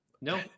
no